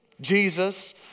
Jesus